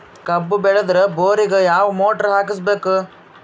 ಕಬ್ಬು ಬೇಳದರ್ ಬೋರಿಗ ಯಾವ ಮೋಟ್ರ ಹಾಕಿಸಬೇಕು?